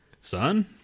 Son